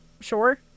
sure